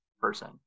person